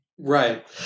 Right